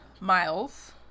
Miles